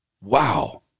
Wow